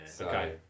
Okay